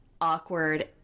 awkward